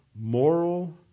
moral